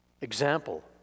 example